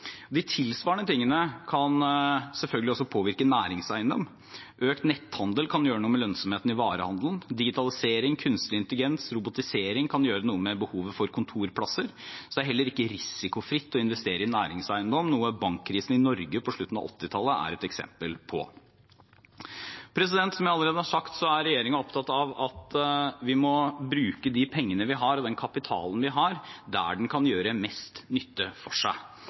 De tilsvarende tingene kan selvfølgelig påvirke næringseiendom. Økt netthandel kan gjøre noe med lønnsomheten i varehandelen. Digitalisering, kunstig intelligens og robotisering kan gjøre noe med behovet for kontorplasser. Det er heller ikke risikofritt å investere i næringseiendom, noe bankkrisen i Norge på slutten av 1980-tallet er et eksempel på. Som jeg allerede har sagt, er regjeringen opptatt av at vi må bruke pengene og kapitalen vi har, der den kan gjøre mest nytte for seg.